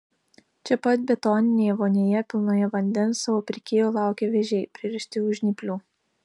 čia pat betoninėje vonioje pilnoje vandens savo pirkėjo laukia vėžiai pririšti už žnyplių